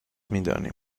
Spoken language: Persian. میدانیم